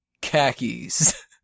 khakis